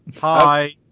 Hi